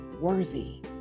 worthy